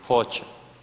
Hoće.